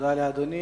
תודה לאדוני.